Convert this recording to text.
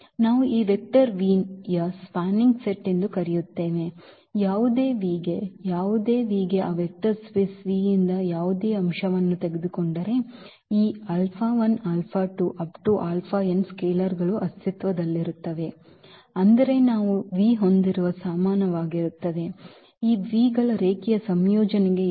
ನಾವು ಈ ವೆಕ್ಟರ್ ಯ ಸ್ಪ್ಯಾನಿಂಗ್ ಸೆಟ್ ಎಂದು ಕರೆಯುತ್ತೇವೆ ಯಾವುದೇ ಗೆ ಯಾವುದೇ ಗೆ ಆ ವೆಕ್ಟರ್ ಸ್ಪೇಸ್ ಯಿಂದ ಯಾವುದೇ ಅಂಶವನ್ನು ತೆಗೆದುಕೊಂಡರೆ ಈ ಸ್ಕೇಲರ್ಗಳು ಅಸ್ತಿತ್ವದಲ್ಲಿವೆ ಅಂದರೆ ನಾವು ಹೊಂದಿರುವ ಸಮಾನವಾಗಿರುತ್ತದೆ ಈ v ಗಳ ಈ ರೇಖೀಯ ಸಂಯೋಜನೆಗೆ ಇಲ್ಲಿ